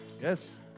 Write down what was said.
Yes